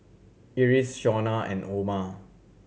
Iris Shawnna and Oma